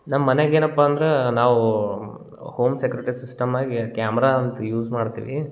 ನಮ್ಮನೆಗ ಏನಪ್ಪ ಅಂದ್ರೆ ನಾವು ಹೋಮ್ ಸೆಕ್ಯುರಿಟಿ ಸಿಸ್ಟಮ್ಮಾಗಿ ಕ್ಯಾಮ್ರಾ ಅಂತ ಯೂಸ್ ಮಾಡ್ತೀನಿ